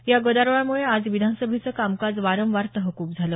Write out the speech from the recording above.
या गदारोळामुळे आज विधानसभेचं कामकाज वारंवार तहकूब झालं